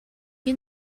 you